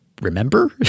remember